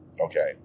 Okay